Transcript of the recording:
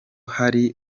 hari